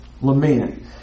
lament